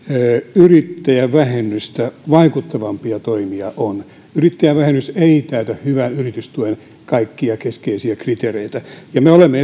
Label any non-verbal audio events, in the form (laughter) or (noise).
yrittäjävähennystä vaikuttavampia toimia on yrittäjävähennys ei täytä hyvän yritystuen kaikkia keskeisiä kriteereitä me olemme (unintelligible)